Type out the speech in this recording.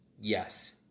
Yes